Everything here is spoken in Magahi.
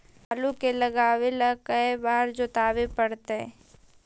आलू के लगाने ल के बारे जोताबे पड़तै?